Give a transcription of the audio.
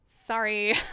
Sorry